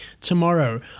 tomorrow